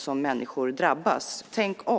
som människor drabbas. Tänk om!